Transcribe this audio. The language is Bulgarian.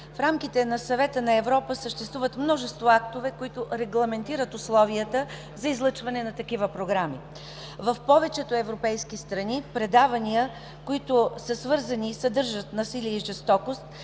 В рамките на Съвета на Европа съществуват множество актове, които регламентират условията за излъчване на такива програми. В повечето европейски страни предаванията, които са свързани и съдържат насилие и жестокост